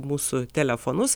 mūsų telefonus